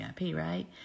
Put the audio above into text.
right